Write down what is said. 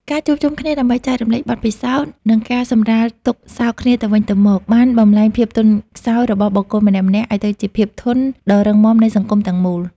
ការជួបជុំគ្នាដើម្បីចែករំលែកបទពិសោធន៍ និងការសម្រាលទុក្ខសោកគ្នាទៅវិញទៅមក បានបំប្លែងភាពទន់ខ្សោយរបស់បុគ្គលម្នាក់ៗ ឱ្យទៅជាភាពធន់ដ៏រឹងមាំនៃសង្គមទាំងមូល។